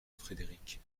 frédéric